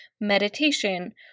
meditation